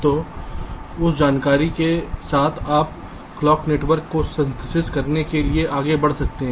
तो उस जानकारी के साथ आप क्लॉक नेटवर्क को संश्लेषण करने के लिए आगे बढ़ सकते हैं